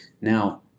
Now